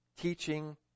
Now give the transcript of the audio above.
teaching